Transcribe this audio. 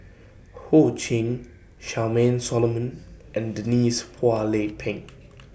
Ho Ching Charmaine Solomon and Denise Phua Lay Peng